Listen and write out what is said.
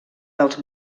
dels